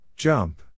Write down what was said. Jump